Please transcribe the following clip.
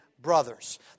Brothers